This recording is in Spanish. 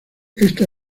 esta